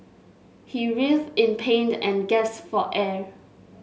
he writhed in pain and gasped for air